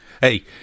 Hey